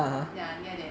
ya near there